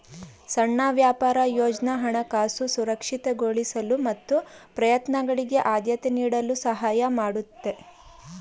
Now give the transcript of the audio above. ಸಣ್ಣ ವ್ಯಾಪಾರ ಯೋಜ್ನ ಹಣಕಾಸು ಸುರಕ್ಷಿತಗೊಳಿಸಲು ಮತ್ತು ಪ್ರಯತ್ನಗಳಿಗೆ ಆದ್ಯತೆ ನೀಡಲು ಸಹಾಯ ಮಾಡುತ್ತೆ